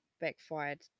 backfired